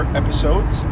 episodes